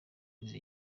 izi